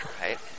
right